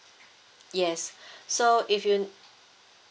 yes so if you